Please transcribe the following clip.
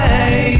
Hey